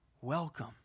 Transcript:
Welcome